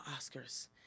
Oscars